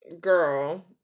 girl